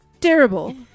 terrible